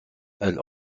elle